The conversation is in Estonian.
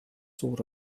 suur